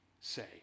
say